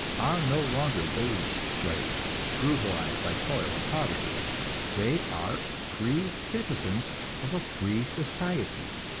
are no longer wage-slaves, brutalized by toil and poverty they are free citizens of a free society.